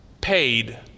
paid